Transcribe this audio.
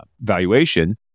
valuation